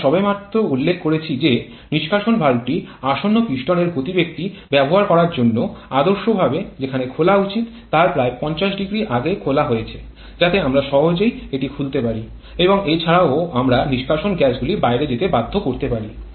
আমরা সবেমাত্র উল্লেখ করেছি যে নিষ্কাশন ভালভটি আসন্ন পিস্টনের গতিবেগটি ব্যবহার করার জন্য আদর্শভাবে যেখানে খোলা উচিত তার প্রায় ৫০০ আগে খোলা হয়েছে যাতে আমরা সহজেই এটি খুলতে পারি এবং এছাড়াও আমরা নিষ্কাশন গ্যাসগুলি বাইরে যেতে বাধ্য করতে পারি